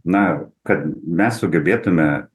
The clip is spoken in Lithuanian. na kad mes sugebėtume